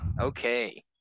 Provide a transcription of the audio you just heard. Okay